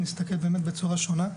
להסתכל באמת בצורה שונה.